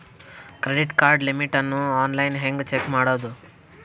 Credit card limit ಅನ್ನು online ಹೆಂಗ್ check ಮಾಡೋದು?